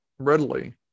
readily